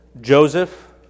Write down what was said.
Joseph